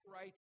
Right